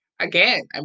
again